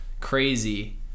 crazy